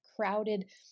crowded